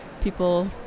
people